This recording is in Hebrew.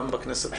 גם בכנסת הזו,